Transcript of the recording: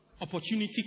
Opportunity